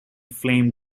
flame